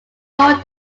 own